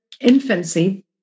infancy